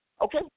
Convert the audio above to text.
Okay